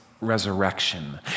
resurrection